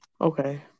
Okay